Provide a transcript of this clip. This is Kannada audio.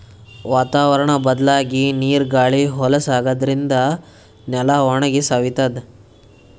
ವಾತಾವರ್ಣ್ ಬದ್ಲಾಗಿ ನೀರ್ ಗಾಳಿ ಹೊಲಸ್ ಆಗಾದ್ರಿನ್ದ ನೆಲ ಒಣಗಿ ಸವಿತದ್